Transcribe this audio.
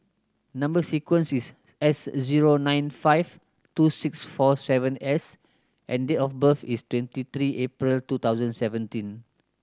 number sequence is S zero nine five two six four seven S and date of birth is twenty three April two thousand seventeen